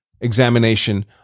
examination